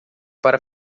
para